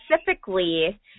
specifically